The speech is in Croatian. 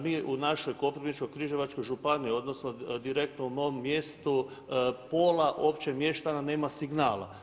Mi u našoj Koprivničko-križevačkoj županiji odnosno direktno u mom mjestu pola opće mještana nema signala.